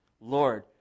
Lord